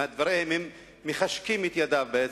מדבריהם, הם בעצם מחשקים את ידיו.